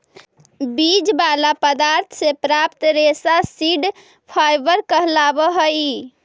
बीज वाला पदार्थ से प्राप्त रेशा सीड फाइबर कहलावऽ हई